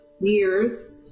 years